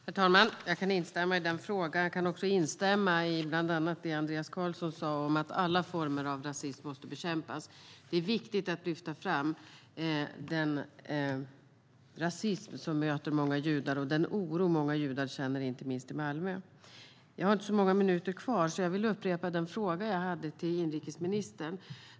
Herr talman! Jag kan instämma i den frågan. Jag kan också instämma i bland annat det Andreas Carlson sa om att alla former av rasism måste bekämpas. Det är viktigt att lyfta fram den rasism som möter många judar och den oro många judar känner inte minst i Malmö. Jag har inte så många minuters talartid kvar, så jag vill upprepa den fråga jag hade till inrikesministern.